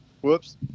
Whoops